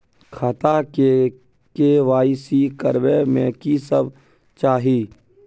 खाता के के.वाई.सी करबै में की सब चाही?